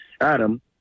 Adam